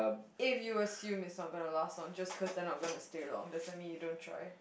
if you assume it's not gonna last long just cause then I'm gonna steer off doesn't mean you don't try